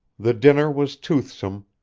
the dinner was toothsome,